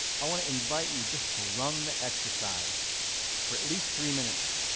i want to invite you just to run the exercise for at least three minutes.